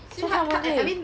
so 他们会